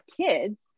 kids